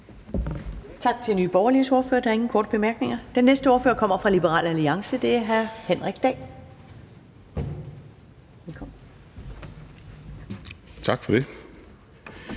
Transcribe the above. Tak for det.